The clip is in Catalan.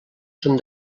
són